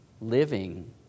living